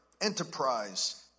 enterprise